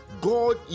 God